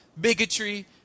bigotry